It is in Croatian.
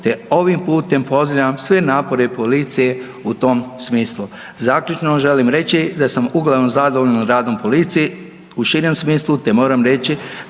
te ovim putem pozdravljam sve napore policije u tom smislu. Zaključno želim reći da sam uglavnom zadovoljan radom policije u širem smislu, te moram reći